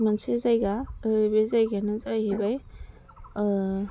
मोनसे जायगा बे जायगायानो जाहैबाय